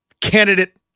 candidate